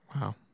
Wow